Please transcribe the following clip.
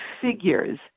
figures